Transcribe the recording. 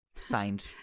signed